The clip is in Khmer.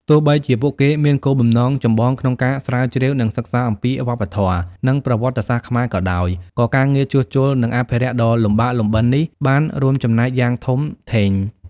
ទោះបីជាពួកគេមានគោលបំណងចម្បងក្នុងការស្រាវជ្រាវ និងសិក្សាអំពីវប្បធម៌ និងប្រវត្តិសាស្ត្រខ្មែរក៏ដោយ ក៏ការងារជួសជុល និងអភិរក្សដ៏លំបាកលំបិននេះបានរួមចំណែកយ៉ាងធំធេង។